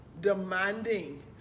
demanding